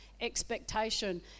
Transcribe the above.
expectation